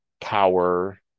power